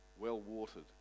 well-watered